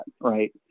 right